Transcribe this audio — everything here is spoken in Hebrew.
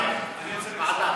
גם, ועדה.